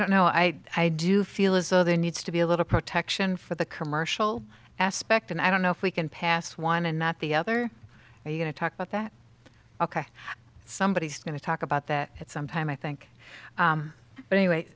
don't know i do feel as though there needs to be a little protection for the commercial aspect and i don't know if we can pass one and not the other we're going to talk about that ok somebody's going to talk about that at some time i think